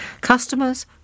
Customers